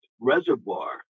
reservoir